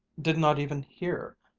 did not even hear,